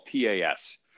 PAS